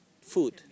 food